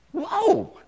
whoa